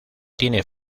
tiene